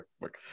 work